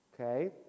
Okay